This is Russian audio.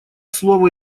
слово